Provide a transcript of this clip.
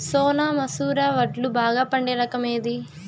సోనా మసూర వడ్లు బాగా పండే రకం ఏది